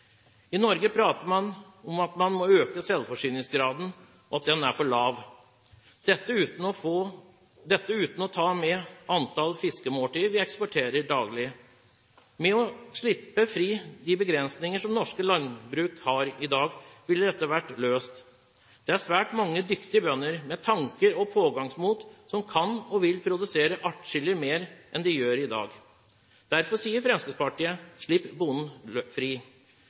I Norge prater man om at man må øke selvforsyningsgraden, at den er for lav – uten å ta med antall fiskemåltider vi eksporterer daglig. Ved å slippe fri de begrensninger som norsk landbruk har i dag, ville dette vært løst. Det er svært mange dyktige bønder med tanker og pågangsmot, som kan og vil produsere adskillig mer enn de gjør i dag. Derfor sier Fremskrittspartiet: «Slipp bonden fri.»